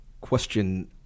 question